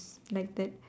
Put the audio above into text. like that